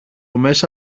μέσα